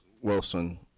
Wilson